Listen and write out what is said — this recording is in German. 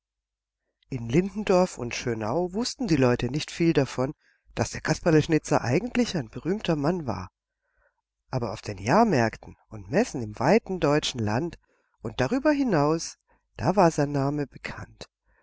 in lindendorf und schönau wußten die leute nicht viel davon daß der kasperleschnitzer eigentlich ein berühmter mann war aber auf den jahrmärkten und messen im weiten deutschen land und darüber hinaus da war sein name bekannt